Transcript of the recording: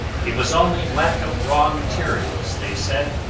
it was only lack of raw materials, they said,